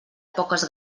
poques